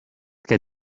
que